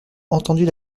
entendit